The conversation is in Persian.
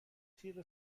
تیغ